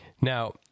now